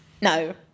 No